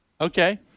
Okay